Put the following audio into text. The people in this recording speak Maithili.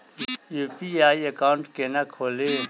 यु.पी.आई एकाउंट केना खोलि?